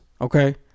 okay